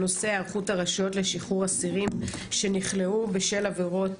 הנושא הוא היערכות הרשויות לשחרור אסירים שנכלאו בשל עבירות